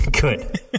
Good